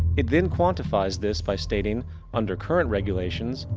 it then quantifies this by stating under current regulations,